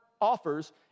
offers